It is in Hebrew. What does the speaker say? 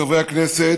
חברי הכנסת,